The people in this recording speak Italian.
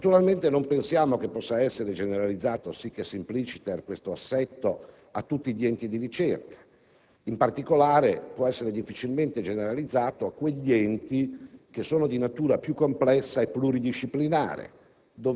Naturalmente non pensiamo che possa essere generalizzato *sic et simpliciter* tale assetto a tutti gli enti di ricerca. In particolare, può essere difficilmente generalizzato per quegli enti che sono di natura più complessa e pluridisciplinare,